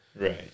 Right